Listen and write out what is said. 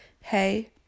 hey